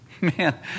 Man